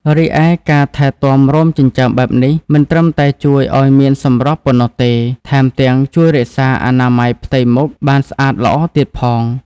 រីឯ ការថែទាំរោមចិញ្ចើមបែបនេះ មិនត្រឹមតែជួយឲ្យមានសម្រស់ប៉ុណ្ណោះទេ ថែមទាំងជួយរក្សាអនាម័យផ្ទៃមុខបានស្អាតល្អទៀតផង។